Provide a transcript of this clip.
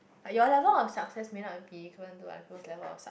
but your level of success may not be equivalent to my equivalence of